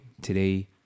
today